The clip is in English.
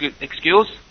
excuse